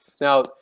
Now